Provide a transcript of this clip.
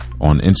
on